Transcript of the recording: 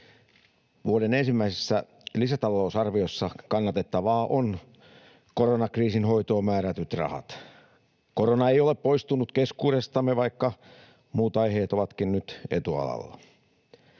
Vuoden ensimmäisessä lisätalousarviossa kannatettavaa ovat koronakriisin hoitoon määrätyt rahat. Korona ei ole poistunut keskuudestamme, vaikka muut aiheet ovatkin nyt etualalla.